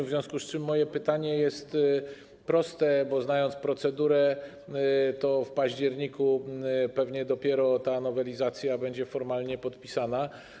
W związku z tym moje pytanie jest proste, bo znając procedurę, to w październiku pewnie dopiero ta nowelizacja będzie formalnie podpisana.